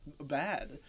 bad